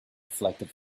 reflected